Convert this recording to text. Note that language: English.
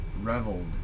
reveled